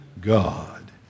God